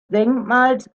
denkmals